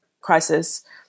crisis